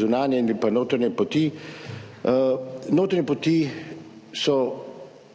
zunanje in notranje poti. Notranje poti so